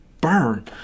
burn